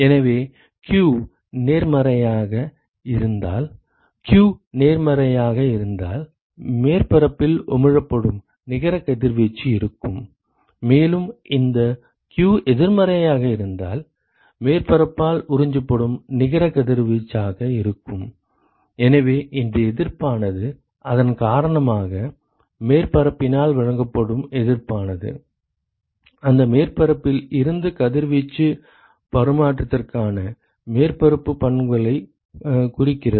எனவே q நேர்மறையாக இருந்தால் q நேர்மறையாக இருந்தால் மேற்பரப்பால் உமிழப்படும் நிகர கதிர்வீச்சு இருக்கும் மேலும் இந்த q எதிர்மறையாக இருந்தால் மேற்பரப்பால் உறிஞ்சப்படும் நிகர கதிர்வீச்சாக இருக்கும் எனவே இந்த எதிர்ப்பானது அதன் காரணமாக மேற்பரப்பினால் வழங்கப்படும் எதிர்ப்பானது அந்த மேற்பரப்பில் இருந்து கதிர்வீச்சு பரிமாற்றத்திற்கான மேற்பரப்பு பண்புகளை குறிக்கிறது